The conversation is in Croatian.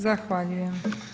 Zahvaljujem.